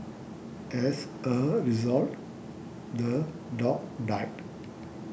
as a result the dog died